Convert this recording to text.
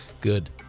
Good